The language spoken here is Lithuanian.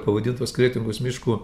pavadintos kretingos miškų